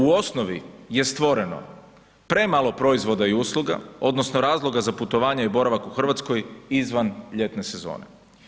U osnovi je stvoreno premalo proizvoda i usluga odnosno razloga za putovanje i boravak u RH izvan ljetne sezone.